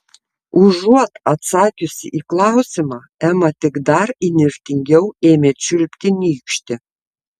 užuot atsakiusi į klausimą ema tik dar įnirtingiau ėmė čiulpti nykštį